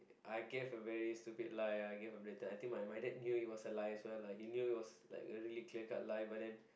I gave a very stupid lie I gave a blatant I think my dad knew it was a lie like he knew it was a very clear cut lie but then